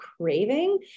craving